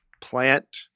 plant